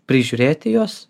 prižiūrėti juos